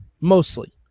mostly